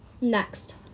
next